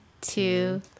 two